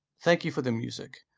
thank you for the music.